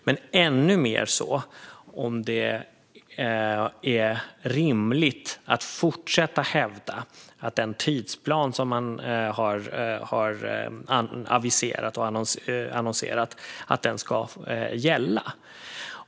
Men ännu mer intressant vore att höra om det är rimligt att fortsätta hävda att den tidsplan som man har annonserat ska gälla.